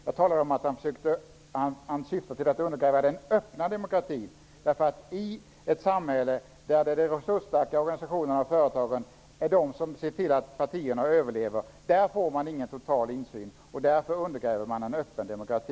Jag sade att han syftar till att undergräva den öppna demokratin. I ett samhälle där det är de resursstarka organisationerna och företagen som ser till att partierna överlever får man ingen total insyn. Därigenom undergrävs en öppen demokrati.